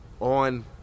on